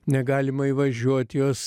negalima įvažiuot juos